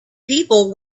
people